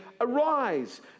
Arise